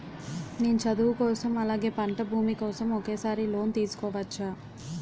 నేను చదువు కోసం అలాగే పంట భూమి కోసం ఒకేసారి లోన్ తీసుకోవచ్చా?